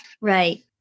Right